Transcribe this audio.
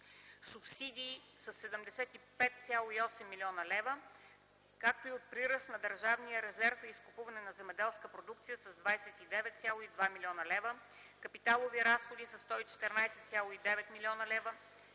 субсидии със 75,8 млн. лв.; както и от прираст на държавния резерв и изкупуване на земеделска продукция с 29,2 млн. лв.; капиталови разходи с 114,9 млн. лв.